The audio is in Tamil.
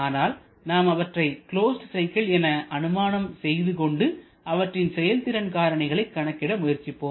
ஆனால் நாம் அவற்றை க்ளோஸ்டு சைக்கிள் என அனுமானம் செய்து கொண்டு அவற்றின் செயல்திறன் காரணிகளை கணக்கிட முயற்சிப்போம்